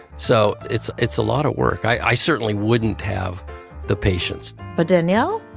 so it's it's a lot of work. i certainly wouldn't have the patience but daniel?